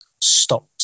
stopped